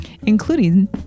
including